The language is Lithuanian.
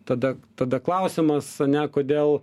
tada tada klausimas ane kodėl